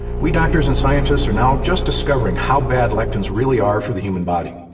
we doctors and scientists are now just discovering how bad lectins really are for the human body.